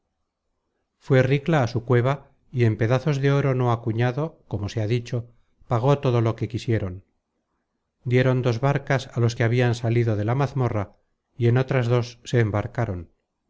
ricla á su cueva y en pedazos de oro no acuñado como se ha dicho pagó todo lo que quisieron dieron dos barcas á los que habian salido de la mazmorra y en otras dos se embarcaron